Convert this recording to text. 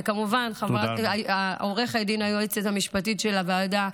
וכמובן לעורכת הדין היועצת המשפטית של הוועדה,